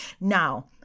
Now